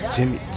Jimmy